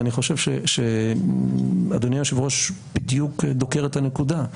ואני חושב שאדוני היושב-ראש בדיוק דוקר את הנקודה.